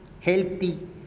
healthy